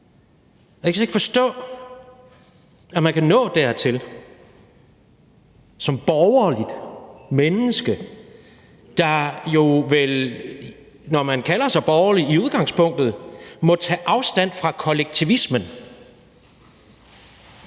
jeg kan slet ikke forstå, at man som borgerligt menneske, der jo vel, når man kalder sig borgerlig, i udgangspunktet må tage afstand fra kollektivismen,